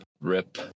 Rip